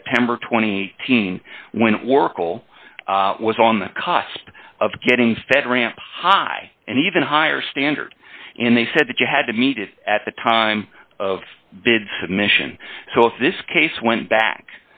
september twenty teens when oracle was on the cost of getting fed ramp high and even higher standard and they said that you had to meet it at the time of bid submission so if this case went back